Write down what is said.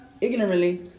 ignorantly